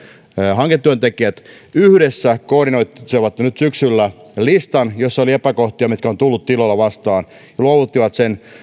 hanketyöntekijät yhdessä koordinoivat nyt syksyllä listan jossa oli epäkohtia joita on tullut tiloilla vastaan ja luovuttivat sen